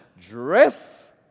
Dress